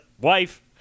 wife